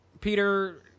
Peter